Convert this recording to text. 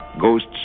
Ghosts